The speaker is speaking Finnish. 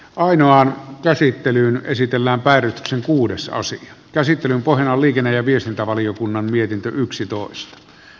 ainoan käsittelyyn esitellään variksen kuudesosan käsittelyn pohjana on liikenne ja viestintävaliokunnan mietintö yksitoista